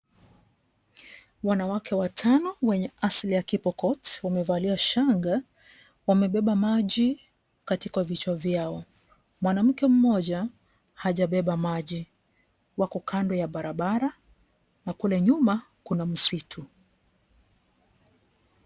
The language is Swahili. Wanawake watano wenye asili ya Kipokot, wamevalia shanga, wamebeba maji katika vichwa vyao. Mwanamke mmoja hajabeba maji. Wako kando ya barabara na kule nyuma kuna msitu.